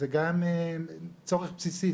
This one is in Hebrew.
זה גם צורך בסיסי,